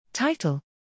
Title